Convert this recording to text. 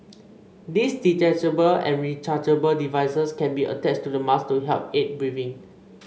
these detachable and rechargeable devices can be attached to the mask to help aid breathing